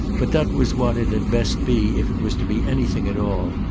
but that was what it had best be if it was to be anything at all,